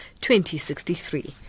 2063